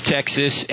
Texas